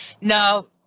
no